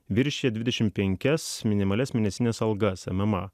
viršija dvidešim penkias minimalias mėnesines algas ema